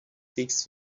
six